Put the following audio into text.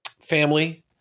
family